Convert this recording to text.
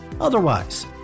Otherwise